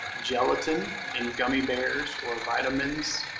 gelatin and gummy bears or vitamins,